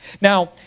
Now